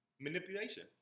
manipulation